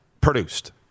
produced